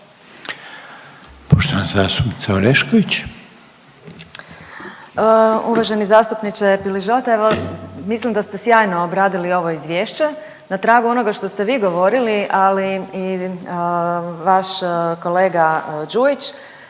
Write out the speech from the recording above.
**Orešković, Dalija (DOSIP)** Uvaženi zastupniče Piližota, evo mislim da ste sjajno obradili ovo izvješće. Na tragu onoga što ste vi govorili ali i vaš kolega Đujić,